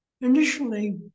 initially